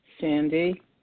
Sandy